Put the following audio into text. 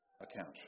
account